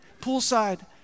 poolside